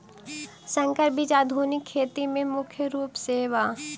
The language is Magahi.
संकर बीज आधुनिक खेती में मुख्य रूप से बा